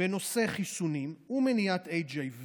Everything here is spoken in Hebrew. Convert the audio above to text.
בנושא חיסונים ומניעת HIV,